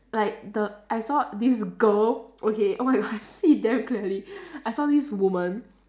like the I saw this girl okay oh my god I see it damn clearly I saw this woman